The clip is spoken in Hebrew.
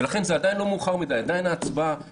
אבל זה עדיין לא מאוחר מדי, עדיין לא הייתה הצבעה.